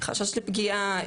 חשש לפגיעה,